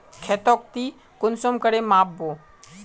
खेतोक ती कुंसम करे माप बो?